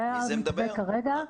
זה כרגע המתווה.